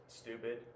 stupid